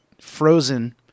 frozen